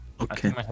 Okay